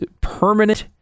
permanent